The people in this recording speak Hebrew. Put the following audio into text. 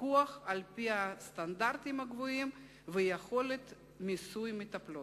פיקוח על-פי סטנדרטים גבוהים ויכולת מיסוי מטפלות.